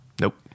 Nope